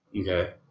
Okay